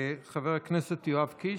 חבר הכנסת יואב קיש,